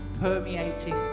permeating